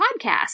podcast